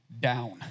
down